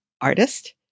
artist